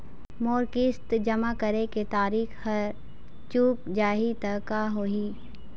मोर किस्त जमा करे के तारीक हर चूक जाही ता का होही?